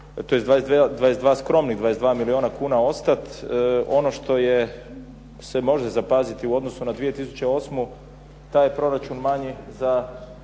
tj. skromnih 22 milijuna kuna ostati. Ono što se može zapaziti u odnosu na 2008. taj je proračun manji za